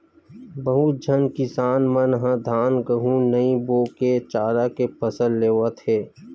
बहुत झन किसान मन ह धान, गहूँ नइ बो के चारा के फसल लेवत हे